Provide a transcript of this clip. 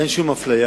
אין שום אפליה.